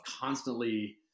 constantly